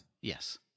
Yes